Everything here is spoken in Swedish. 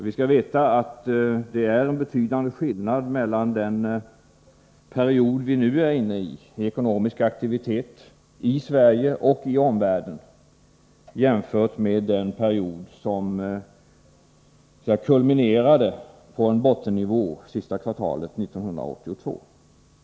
Vi skall veta att det är en betydande skillnad mellan den period vi nu är inne i, med ekonomisk aktivitet i Sverige och i omvärlden, jämfört med den period som ”kulminerade” på bottennivå sista kvartalet 1982.